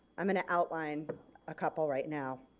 i'm going to outline a couple right now.